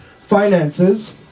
finances